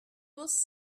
was